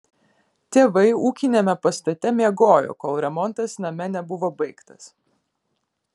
tėvai ūkiniame pastate miegojo kol remontas name nebuvo baigtas